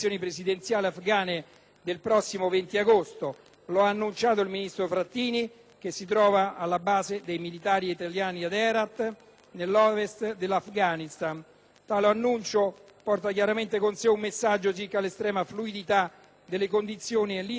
del prossimo 20 agosto. Lo ha annunciato il ministro Frattini, che si trova alla base dei militari italiani ad Herat, nell'Ovest dell'Afghanistan. Tale annuncio porta chiaramente con sé un messaggio circa l'estrema fluidità delle condizioni e l'instabilità della regione.